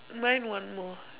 mine one more